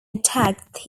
attacked